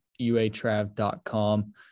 UATrav.com